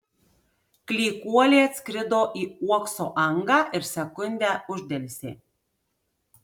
klykuolė atskrido į uokso angą ir sekundę uždelsė